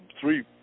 three